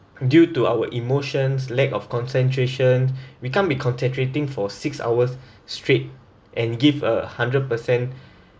due to our emotions lack of concentration we can't be concentrating for six hours straight and give a hundred percent